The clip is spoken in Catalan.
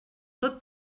tot